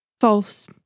False